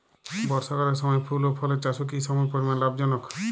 বর্ষাকালের সময় ফুল ও ফলের চাষও কি সমপরিমাণ লাভজনক?